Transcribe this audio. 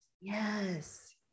Yes